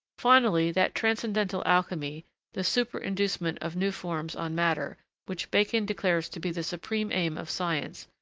finally, that transcendental alchemy the superinducement of new forms on matter which bacon declares to be the supreme aim of science,